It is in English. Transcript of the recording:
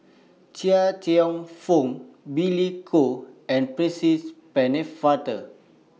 Chia Cheong Fook Billy Koh and Percy Pennefather